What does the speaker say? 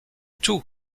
tout